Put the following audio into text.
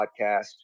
podcast